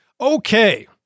Okay